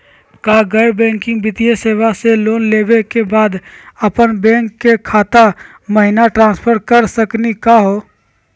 का गैर बैंकिंग वित्तीय सेवाएं स लोन लेवै के बाद अपन बैंको के खाता महिना ट्रांसफर कर सकनी का हो?